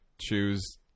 choose